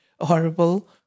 horrible